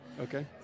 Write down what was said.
Okay